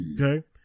Okay